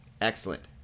Excellent